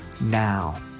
now